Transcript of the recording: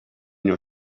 your